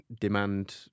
demand